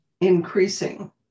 increasing